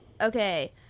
Okay